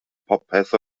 popeth